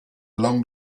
along